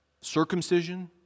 circumcision